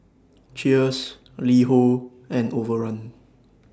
Cheers LiHo and Overrun